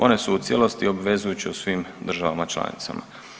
One su u cijelosti obvezujuće u svim državama članicama.